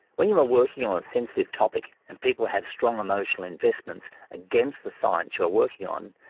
when you are working on a sensitive topic and people have strong emotional investments against the science you are working on,